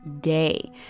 day